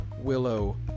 Willow